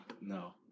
No